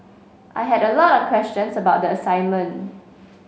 I had a lot of questions about the assignment